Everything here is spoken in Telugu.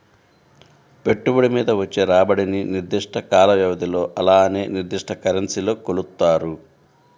పెట్టుబడి మీద వచ్చే రాబడిని నిర్దిష్ట కాల వ్యవధిలో అలానే నిర్దిష్ట కరెన్సీలో కొలుత్తారు